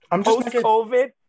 Post-COVID